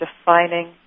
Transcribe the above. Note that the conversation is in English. defining